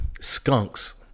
skunks